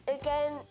again